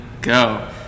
go